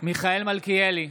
מיכאל מלכיאלי,